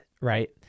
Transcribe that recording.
right